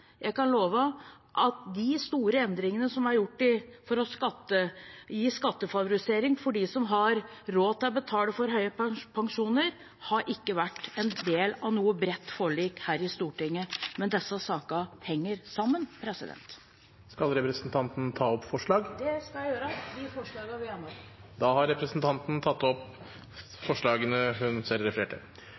Jeg kan love at de store endringene som er gjort for å gi skattefavorisering til dem som har råd til å betale for høye pensjoner, har ikke vært en del av noe bredt forlik her i Stortinget – men disse sakene henger sammen. Skal representanten ta opp forslag? Det skal jeg gjøre, jeg tar opp det forslaget der vi er medforslagsstiller. Da har representanten Rigmor Aasrud tatt opp det forslaget hun refererte til.